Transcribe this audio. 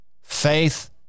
faith